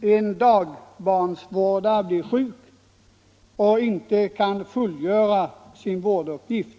en dagbarnvårdare, blir sjuk och inte kan fullgöra sin vårduppgift.